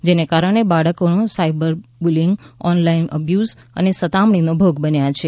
જેને કારણે બાળકો સાયબર બુલીઇંગ ઓનલાઇન અબ્યુસ અને સતામણીનો ભોગ બન્યા છે